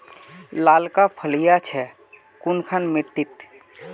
लालका फलिया छै कुनखान मिट्टी त?